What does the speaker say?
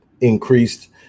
increased